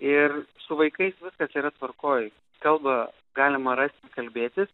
ir su vaikais viskas yra tvarkoj kalbą galima rasti kalbėtis